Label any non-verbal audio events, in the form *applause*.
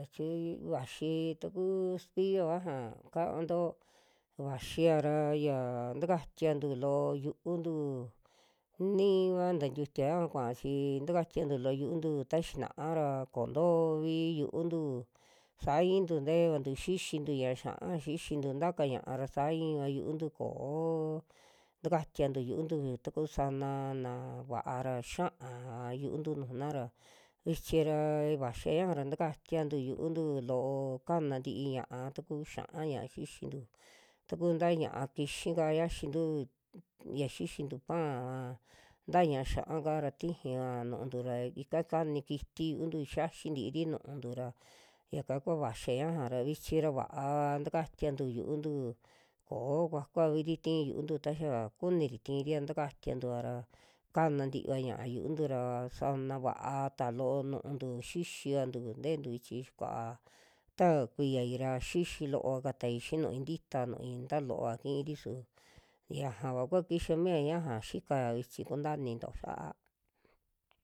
Vichi vaxi takuu cepillo ñaja kaanto vaxia ra *noise* yaa takatiantu loo yu'untu i'iniva tantiutia yaja kua'a, chi takatiantu loo yu'untu ta xinaa ra kontoovi yu'untu, saa intu te'evantu xixintu ña'a xia'a xixintu taka ña'a ra saa inva yu'untu koo takatiantu yu'untu, taku sana'na va'a ra xiaa yu'untu nujuna ra vichi raa vachia ñaja ra takatiantu yu'untu loo kana tii ña'a, taku xia'a ña'a xixintu, taku taa ña'a kixi'ka yaxintu ya xixintu panva ta ñia'a xa'a'ka ra tijaa nu'untu ra ika kani kiti yu'untu xiaxi ntiiri nu'untu ra yaka kua vaxia ñaja ra vichi ra va'a va takatiantu yu'untu koo kuakuavi'ri ti'i yu'untu, taxa kuniri tiiria takatiantua ra kana tiiva ña'a yu'untu ra sana vaata loo nu'untu xixiantu te'entu vichi ya kuaa ta kuiyai ra xixi loo'ka tai xii nu'ui ntita nu'ui, nta looa kiiri su ñaava kua kixa mia yaja xikaya vichi kunta ininto ya'a.